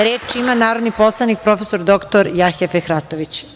Reč ima narodni poslanik, prof. dr Jahja Fehratović.